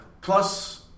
Plus